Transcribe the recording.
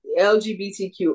LGBTQ